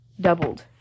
doubled